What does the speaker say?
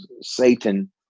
Satan